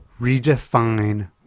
redefine